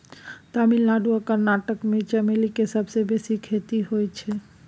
तमिलनाडु आ कर्नाटक मे चमेलीक सबसँ बेसी खेती होइ छै